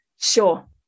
Sure